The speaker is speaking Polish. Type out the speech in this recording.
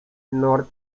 nurt